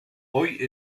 hoy